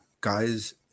guys